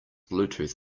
bluetooth